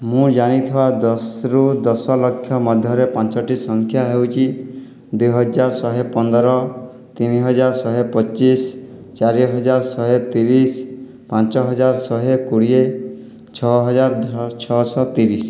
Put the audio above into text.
ମୁଁ ଜାଣିଥିବା ଦଶ ରୁ ଦଶଲକ୍ଷ ମଧ୍ୟରେ ପାଞ୍ଚଟି ସଂଖ୍ୟା ହେଉଛି ଦୁଇହଜାର ଶହେପନ୍ଦର ତିନିହଜାର ଶହେପଚିଶ ଚାରିହଜାର ଶହେତିରିଶ ପାଞ୍ଚହଜାର ଶହେକୋଡ଼ିଏ ଛଅହଜାର ଛଅଶହ ତିରିଶ